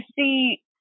see